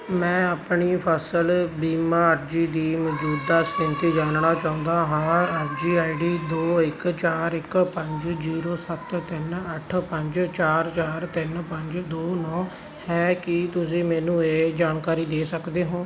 ਮੈਂ ਆਪਣੀ ਫਸਲ ਬੀਮਾ ਅਰਜ਼ੀ ਦੀ ਮੌਜੂਦਾ ਸਥਿਤੀ ਜਾਣਨਾ ਚਾਹੁੰਦਾ ਹਾਂ ਅਰਜ਼ੀ ਆਈ ਡੀ ਦੋ ਇੱਕ ਚਾਰ ਇੱਕ ਪੰਜ ਜ਼ੀਰੋ ਸੱਤ ਤਿੰਨ ਅੱਠ ਪੰਜ ਚਾਰ ਚਾਰ ਤਿੰਨ ਪੰਜ ਦੋ ਨੌਂ ਹੈ ਕੀ ਤੁਸੀਂ ਮੈਨੂੰ ਇਹ ਜਾਣਕਾਰੀ ਦੇ ਸਕਦੇ ਹੋ